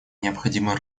необходимо